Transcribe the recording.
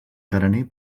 carener